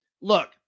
Look